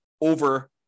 over